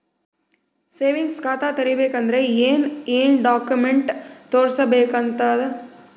Savings ಖಾತಾ ತೇರಿಬೇಕಂದರ ಏನ್ ಏನ್ಡಾ ಕೊಮೆಂಟ ತೋರಿಸ ಬೇಕಾತದ?